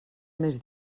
més